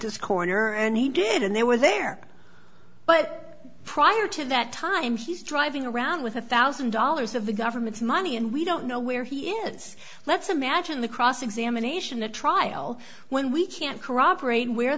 this corner and he did and they were there but prior to that time he's driving around with a thousand dollars of the government's money and we don't know where he is let's imagine the cross examination the trial when we can't corroborate where